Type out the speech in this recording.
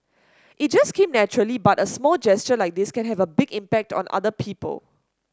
it just came naturally but a small gesture like this can have a big impact on other people